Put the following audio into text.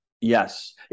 Yes